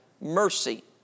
mercy